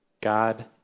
God